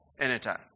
anytime